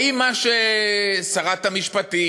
האם מה ששרת המשפטים,